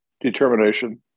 Determination